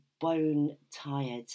bone-tired